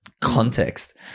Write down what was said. context